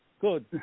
Good